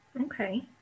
Okay